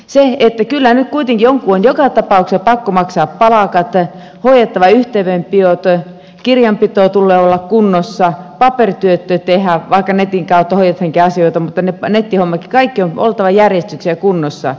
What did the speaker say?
kyllä nyt kuitenkin jonkun on joka tapauksessa pakko maksaa palkat hoidettava yhteydenpidot kirjapidon tulee olla kunnossa paperityöt täytyy tehdä vaikka netin kautta hoidetaankin asioita mutta ne nettihommatkin kaiken on oltava järjestyksessä ja kunnossa